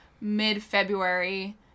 mid-February